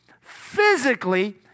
physically